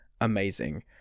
amazing